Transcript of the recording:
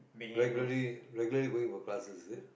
regularly regularly going for classes is it